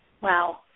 Wow